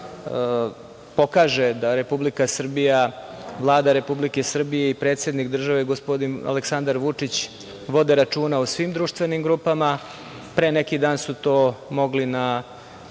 pokaže da Republika Srbija, Vlada Republike Srbije i predsednik države, gospodin Aleksandar Vučić, vode računa o svim društvenim grupama. Pre neki dan su to mogli da